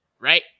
right